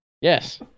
Yes